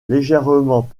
légèrement